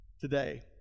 today